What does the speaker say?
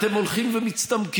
אתם הולכים ומצטמקים,